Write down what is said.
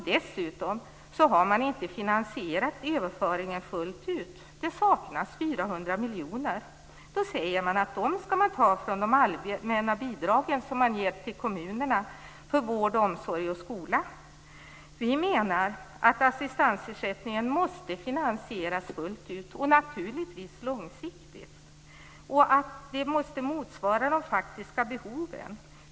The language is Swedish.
Dessutom har man inte finansierat överföringen fullt ut - det saknas 400 miljoner. Då säger man att dem skall man ta från de allmänna bidrag som man ger kommunerna för vård, omsorg och skola. Vi menar att assistansersättningen måste finansieras fullt ut och naturligtvis långsiktigt och att det måste motsvara de faktiska behoven.